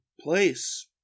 place